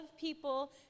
people